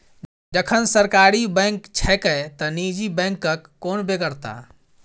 जखन सरकारी बैंक छैके त निजी बैंकक कोन बेगरता?